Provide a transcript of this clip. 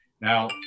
Now